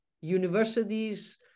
universities